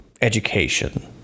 education